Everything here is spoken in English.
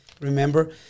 remember